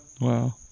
Wow